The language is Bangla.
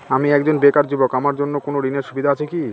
আমি একজন বেকার যুবক আমার জন্য কোন ঋণের সুবিধা আছে কি?